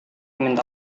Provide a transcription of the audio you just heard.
minta